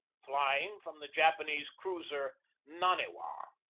flying from the japanese cruiser naniwa,